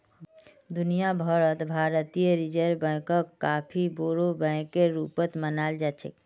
दुनिया भर त भारतीय रिजर्ब बैंकक काफी बोरो बैकेर रूपत मानाल जा छेक